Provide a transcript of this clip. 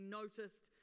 noticed